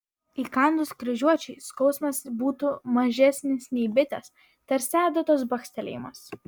įkandus kryžiuočiui skausmas būtų mažesnis nei bitės tarsi adatos bakstelėjimas